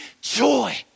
joy